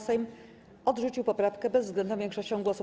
Sejm odrzucił poprawkę bezwzględną większością głosów.